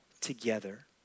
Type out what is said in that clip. together